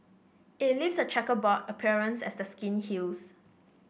it leaves a chequerboard appearance as the skin heals